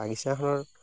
বাগিচা এখনত